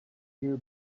year